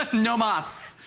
like no mas,